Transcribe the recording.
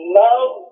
love